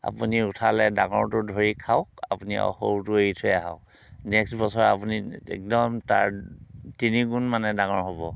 আপুনি উঠালে ডাঙৰটো ধৰি খাওক আপুনি সৰুটো এৰি থৈ আহক নেক্স বছৰ আপুনি একদম তাৰ তিনিগুণ মানে ডাঙৰ হ'ব